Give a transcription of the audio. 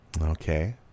okay